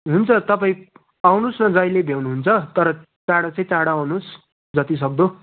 हुन्छ तपाईँ आउनुहोस् न जहिले भ्याउनु हुन्छ तर चाँडो चाहिँ चाँडो आउनुहोस् जतिसक्दो